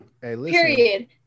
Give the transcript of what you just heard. period